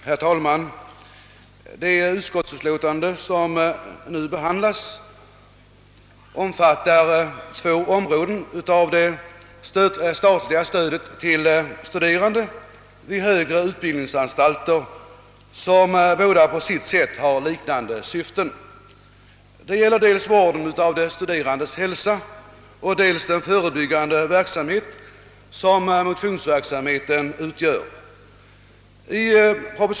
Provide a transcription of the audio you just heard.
Herr talman! Det utskottsutlåtande som nu behandlas omfattar två områden av det statliga stödet till studerande vid högre utbildningsanstalter, som båda på sitt sätt har liknande syften. Det gäller dels vården av de studerandes hälsa, dels den förebyggande verksamhet som motionsverksamhet utgör.